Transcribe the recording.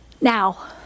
Now